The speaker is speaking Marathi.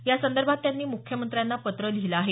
यासंदर्भात त्यांनी मुख्यमंत्र्यांना पत्र लिहिलं आहे